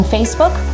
Facebook